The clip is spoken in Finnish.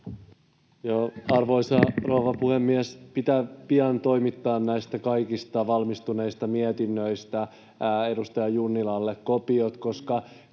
Arvoisa rouva puhemies! Pitää pian toimittaa näistä kaikista valmistuneista mietinnöistä edustaja Junnilalle kopiot, koska